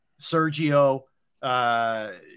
Sergio –